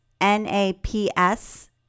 n-a-p-s